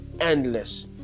endless